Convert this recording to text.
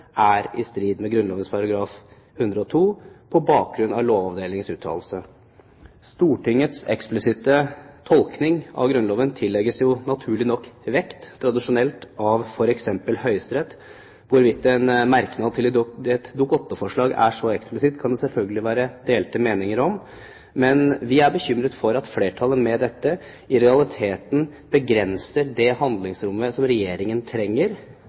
er i strid med Grunnloven § 102 på bakgrunn av Lovavdelingens uttalelse. Stortingets eksplisitte tolkning av Grunnloven tillegges tradisjonelt naturlig nok vekt, av f.eks. Høyesterett. Hvorvidt en merknad til et Dokument nr. 8-forslag er så eksplisitt, kan det selvfølgelig være delte meninger om, men vi er bekymret for at flertallet med dette i realiteten begrenser det handlingsrommet Regjeringen trenger